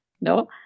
No